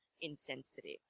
insensitive